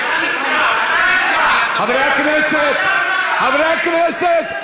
חברי הכנסת, חברי הכנסת.